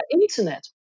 internet